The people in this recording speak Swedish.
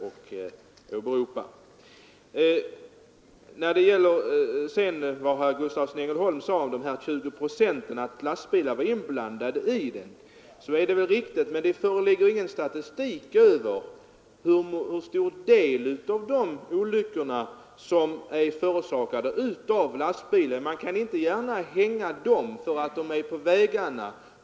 Herr Gustavssons i Ängelholm uttalande att lastbilar är inblandade i 20 procent av alla trafikolyckor är väl riktigt, men det föreligger ingen statistik över hur stor del av dessa olyckor som är förorsakade av lastbilar. Man kan inte gärna kritisera det förhållandet att det finns lastbilar ute på vägarna.